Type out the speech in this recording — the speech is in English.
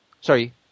Sorry